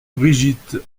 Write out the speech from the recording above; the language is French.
brigitte